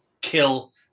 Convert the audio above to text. kill